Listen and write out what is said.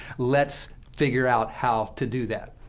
let's figure out how to do that.